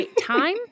time